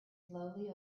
slowly